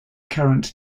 current